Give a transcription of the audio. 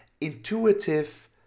intuitive